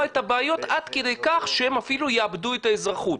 את הבעיות עד כדי כך שהם אפילו יאבדו את האזרחות.